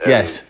Yes